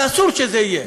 ואסור שזה יהיה,